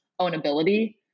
ownability